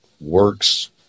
works